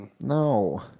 No